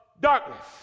darkness